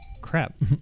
crap